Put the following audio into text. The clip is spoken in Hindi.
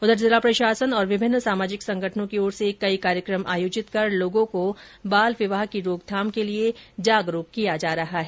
उधर जिला प्रशासन और विभिन्न सामाजिक संगठनों की ओर से कई कार्यक्रम आयोजित कर लोगों को बाल विवाह की रोकथाम के लिए जागरूक किया जा रहा है